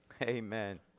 Amen